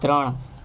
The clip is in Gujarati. ત્રણ